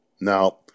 Now